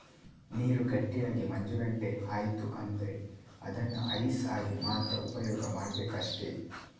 ನೀರು ಗಟ್ಟಿಯಾಗಿ ಮಂಜುಗಡ್ಡೆ ಆಯ್ತು ಅಂದ್ರೆ ಅದನ್ನ ಐಸ್ ಆಗಿ ಮಾತ್ರ ಉಪಯೋಗ ಮಾಡ್ಬೇಕಷ್ಟೆ